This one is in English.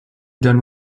done